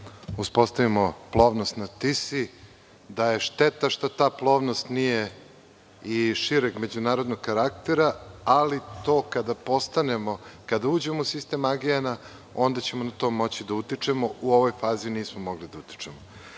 uspostavimo plovnost na Tisi, da je šteta što ta plovnost nije i šireg međunarodnog karaktera, ali to kada uđemo u sistem AGN, onda ćemo na to moći da utičemo. U ovoj fazi nismo mogli da utičemo. Želim